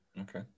Okay